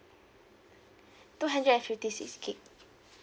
two hundred and fifty six gig